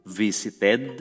visited